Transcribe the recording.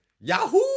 Yahoo